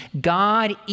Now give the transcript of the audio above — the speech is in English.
God